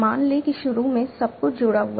मान लें कि शुरू में सब कुछ जुड़ा हुआ है